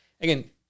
again